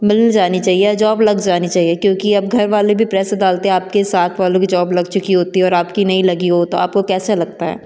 मिल जानी चाहिए या जॉब लग जानी चाहिए क्योंकि अब घर वाले भी प्रेसर डालते है आपके साथ वालों की जॉब लग चुकी होती है और आपकी नहीं लगी हो तो आपको कैसा लगता है